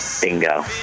Bingo